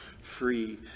free